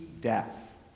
death